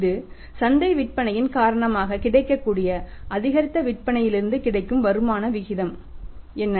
இது சந்தை விற்பனையின் காரணமாக கிடைக்கக்கூடிய அதிகரித்த விற்பனையிலிருந்து கிடைக்கும் வருமான வீதம் என்ன